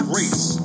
race